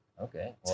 Okay